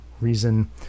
Reason